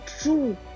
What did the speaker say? true